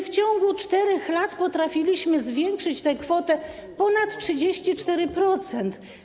W ciągu 4 lat potrafiliśmy zwiększyć tę kwotę o ponad 34%.